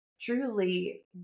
truly